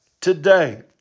today